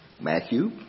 Matthew